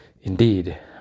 Indeed